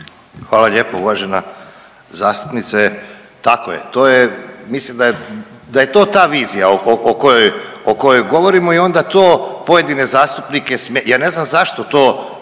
Hvala lijepo uvažena zastupnice. Tako je, to je mislim da je to ta vizija o kojoj, o kojoj govorimo i onda to pojedine zastupnike, ja ne znam zašto to,